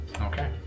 Okay